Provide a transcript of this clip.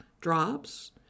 drops